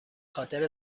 خاطر